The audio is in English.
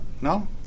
No